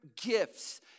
gifts